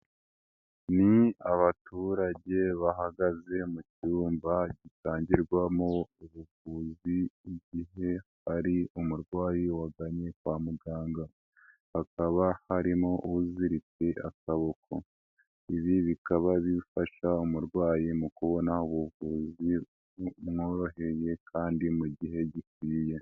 Ni abaturage bahagaze mu cyumba gitangirwamo ubuvuzi, igihe hari umurwayi waganye kwa muganga, hakaba harimo uziritse akaboko, ibi bikaba bifasha umurwayi mu kubona ubuvuzi bumworoheye kandi mu gihe gikwiye.